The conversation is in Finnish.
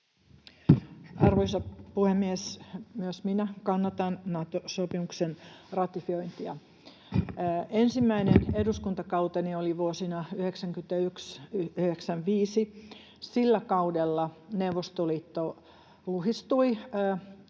Arvoisa puhemies! Myös minä kannatan Nato-sopimuksen ratifiointia. Ensimmäinen eduskuntakauteni oli vuosina 91—95. Sillä kaudella Neuvostoliitto luhistui.